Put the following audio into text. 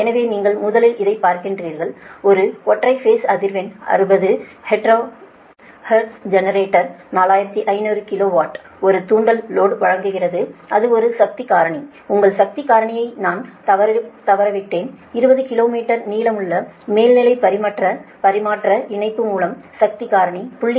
எனவே நீங்கள் முதலில் இதை பார்க்கிறீர்கள் ஒரு ஒற்றை பேஸ் அதிர்வெண் 60 ஹெர்ட்ஸ் ஜெனரேட்டர் 4500 கிலோ வாட் ஒரு தூண்டல் லோடு வழங்குகிறது அது ஒரு சக்தி காரணி உங்கள் சக்தி காரணியை நான் தவறவிட்டேன் 20 கிலோமீட்டர் நீளமுள்ள மேல்நிலைப் பரிமாற்ற இணைப்பு மூலம் சக்தி காரணி 0